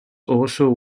also